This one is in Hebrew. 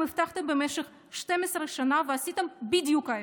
הבטחתם במשך 12 שנה ועשיתם בדיוק ההפך,